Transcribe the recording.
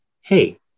Hey